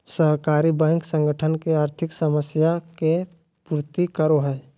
सहकारी बैंक संगठन के आर्थिक समस्या के पूर्ति करो हइ